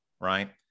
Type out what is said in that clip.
right